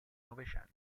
novecento